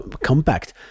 compact